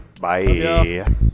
Bye